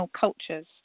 cultures